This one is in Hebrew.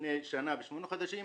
לפני שנה ושמונה חודשים,